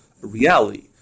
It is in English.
reality